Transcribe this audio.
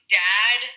dad